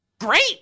Great